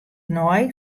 nei